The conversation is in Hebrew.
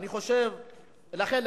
לכן,